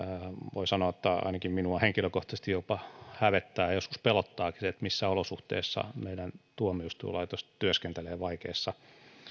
voi sanoa että ainakin minua henkilökohtaisesti jopa hävettää ja joskus pelottaakin se missä olosuhteissa meidän tuomioistuinlaitoksemme työskentelee vaikeissa